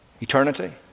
Eternity